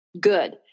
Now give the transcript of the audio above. good